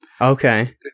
Okay